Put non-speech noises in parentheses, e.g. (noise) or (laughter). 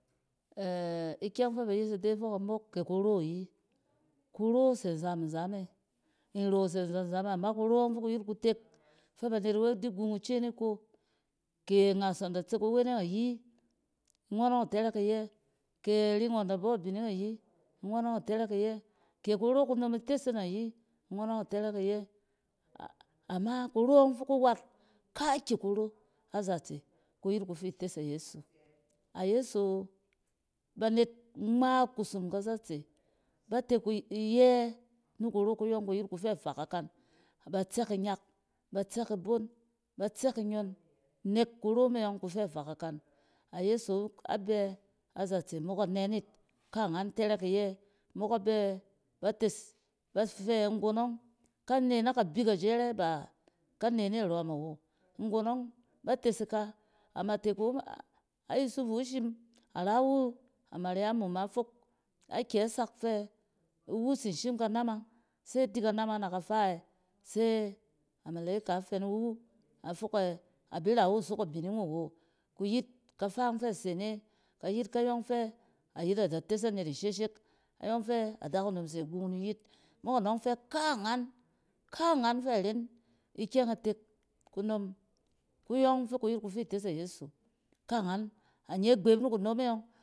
(hesitation) ikyɛng fɛ ba yes ide fok-a-fok amok kɛ kuro ayi. Kuro se nzam-nzam e nro se nzam-nzam e ama kuro ͻng fi ku yet kutek fɛ banet we di gung ice niko, ke angas ngͻn da tse kuweneng ayi ngͻn ͻng itɛrɛk iyɛ, kɛ kuro kunom ites ngͻn ͻng itɛrɛk iyɛ. Ama kuro ͻng fi ku wat kaaki kuro azatse, kuyet kufi kuro ites a yeso. A yeso, banet ngma kusum kazatse ba te iyɛ ni kuro kuyͻng, kuyet ku fɛ fa kakan. Ba tsɛk inyak, batsɛk ibon, batsek inyon nek kuro me yͻng kufɛ f aka kan a yeso a bɛ a zatse mok anɛn yit. Ka ngam tɛrɛk iyɛ mok a bɛ, ba tes ba fɛ nggon ngͻn ka ne n aka bik a jɛrɛ ba ka ne ni rͻm awo. Nggon ͻng ba tes ika. Amatek wu yusufu shim a rawu a maryamu ma fok akyɛ sak fɛ iwu tsim shim kanamang se di kanamang e na kafa ɛ? Se a maleka fɛ ni wu fok ɛ, a bi rawu sok abining wu awo ku yet, kafang fɛ se ne ka yet kayͻng fɛ adakunom se gung ni yit. Mok anͻng fɛ kaangan, kaangan fɛ ren ikyɛng itek, kunom kuyͻng fi ku yet kufi kutes a yeso, kaangan anye gbeb ni kunom e yͻng.